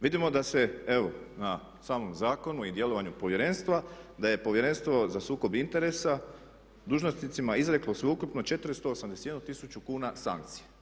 Vidimo da se evo na samom zakonu i djelovanju povjerenstva da je Povjerenstvo za sukob interesa dužnosnicima izreklo sveukupno 481 tisuću kuna sankcije.